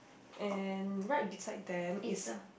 and right beside them is